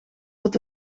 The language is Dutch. tot